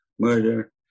murder